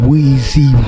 Weezy